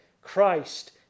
Christ